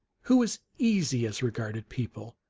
who was easy as regarded people,